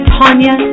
Tanya